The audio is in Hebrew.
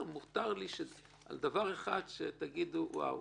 מותר לי על דבר אחד שתגידו "לא הצלחנו".